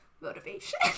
motivation